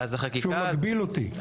שהוא מגביל אותי.